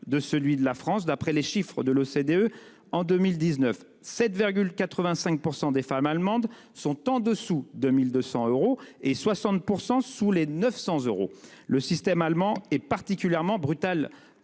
de celui de la France, d'après les chiffres de l'OCDE en 2019. Ainsi, 7,85 % des femmes allemandes sont en dessous de 1 200 euros, et 60 % sous les 900 euros. Le système allemand est particulièrement brutal